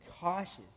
cautious